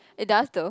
it does tho